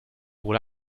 wurde